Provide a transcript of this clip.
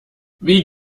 wie